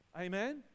Amen